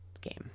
game